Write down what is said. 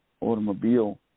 automobile